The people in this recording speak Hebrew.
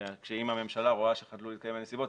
שאם הממשלה רואה שחדלו להתקיים הנסיבות,